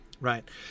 Right